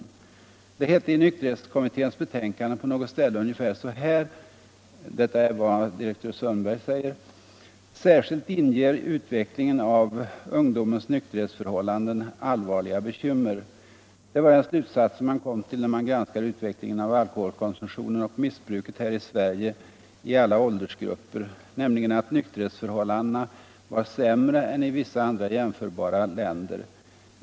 Det hette i nykterhetskommitténs betänkande på något ställe ungefär så här: ”Särskilt inger utvecklingen av ungdomens nykterhetsförhållanden allvarliga bekymmer.” Det var den slutsatsen man kom till, när man granskade utvecklingen av alkoholkonsumtionen och missbruket här i Sverige i alla åldersgrupper, nämligen att nykterhetsförhållandena var sämre än i vissa andra jämförbara länder.